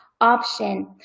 option